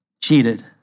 cheated